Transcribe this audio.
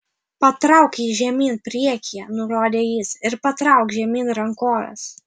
patrauk jį žemyn priekyje nurodė jis ir patrauk žemyn rankoves